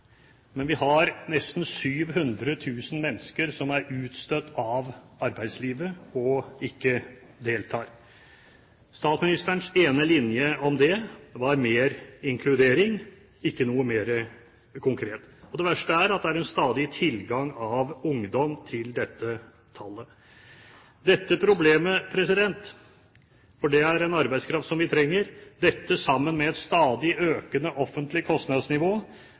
men vi har nesten 700 000 mennesker som er utstøtt av arbeidslivet og ikke deltar. Statsministerens ene linje om dét var mer inkludering, ikke noe mer konkret. Det verste er at det er en stadig tilgang av ungdom til dette tallet. Dette problemet, for det er en arbeidskraft som vi trenger, sammen med et stadig økende offentlig kostnadsnivå,